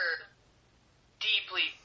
deeply